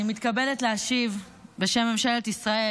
אני מתכבדת להשיב בשם ממשלת ישראל